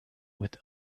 with